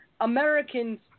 Americans